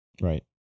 Right